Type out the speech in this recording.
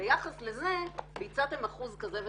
וביחס לזה ביצעתם אחוז כזה וכזה.